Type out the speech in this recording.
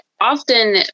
often